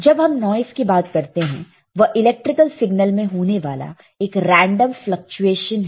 जब हम नॉइस की बात करते हैं वह इलेक्ट्रिकल सिग्नल में होने वाला एक रेंडम फ्लकचुएशन है